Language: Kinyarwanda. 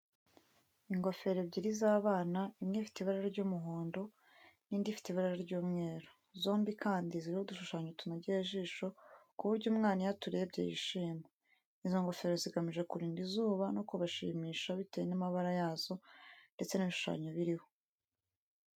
Ingofero ebyiri z’abana, imwe ifite ibara ry’umuhondo n’indi ifite ibara ry’umweru, zombi kandi ziriho udushushanyo tunogeye ijisho ku buryo umwana iyo aturebye yishima. Izo ngofero zigamije kurinda izuba no kubashimisha bitewe n’amabara yazo ndetse n’ibishushanyo biriho.